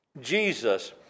Jesus